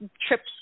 trips